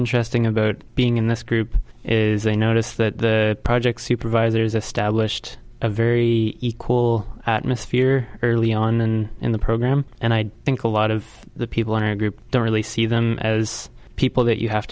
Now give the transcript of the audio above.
interesting about being in this group is they notice that project supervisors established a very equal atmosphere early on in the program and i think a lot of the people in our group don't really see them as people that you have